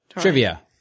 trivia